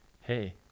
hey